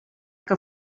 que